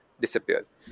disappears